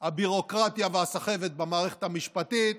הביורוקרטיה והסחבת במערכת המשפטית,